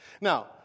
Now